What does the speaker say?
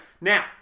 Now